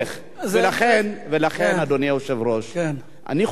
ולכן, אדוני היושב-ראש, אני חושב